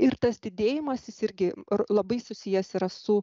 ir tas didėjimas jis irgi labai susijęs yra su